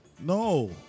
No